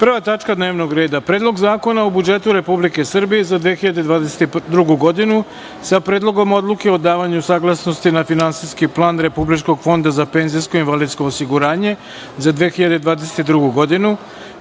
o 1. tački dnevnog reda – Predlogu zakona o budžetu Republike Srbije za 2022. godinu, sa Predlogom odluke o davanju saglasnosti na Finansijski plan Republičkog fonda za penzijsko i invalidsko osiguranje za 2022. godinu,